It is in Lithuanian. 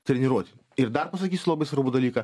treniruoti ir dar pasakysiu labai svarbų dalyką